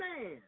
man